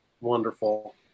Wonderful